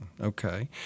okay